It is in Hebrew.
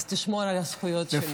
אז תשמור על הזכויות שלי.